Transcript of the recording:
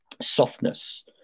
softness